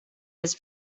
his